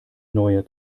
neue